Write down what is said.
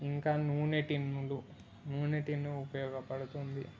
ఇంకా నూనె టిన్నులు నూనె టిన్ను ఉపయోగపడుతుంది